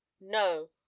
no